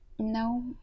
no